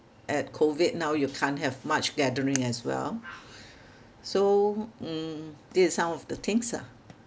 at COVID now you can't have much gathering as well so mm this is some of the things lah